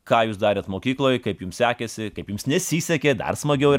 ką jūs darėt mokykloj kaip jums sekėsi kaip jums nesisekė dar smagiau yra